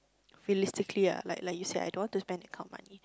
realistically ah like like you said I don't want to spend that kind of money